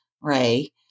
Ray